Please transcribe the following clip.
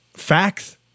facts